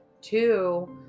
Two